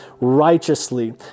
righteously